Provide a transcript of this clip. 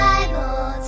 Bible